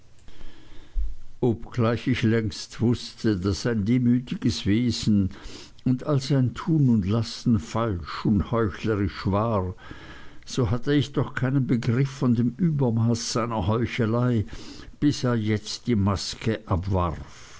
obgleich ich längst wußte daß sein demütiges wesen und all sein tun und lassen falsch und heuchlerisch war so hatte ich doch keinen begriff von dem übermaß seiner heuchelei bis er jetzt die maske abwarf